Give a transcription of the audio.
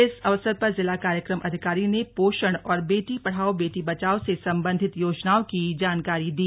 इस अवसर पर जिला कार्यक्रम अधिकारी ने पोषण और बेटी पढ़ाओ बेटी बचाओ से संबधित योजनाओं की जानकारी दी